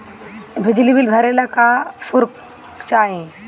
बिजली बिल भरे ला का पुर्फ चाही?